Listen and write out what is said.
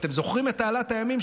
אתם זוכרים את תעלת הימים,